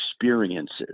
experiences